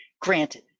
Granted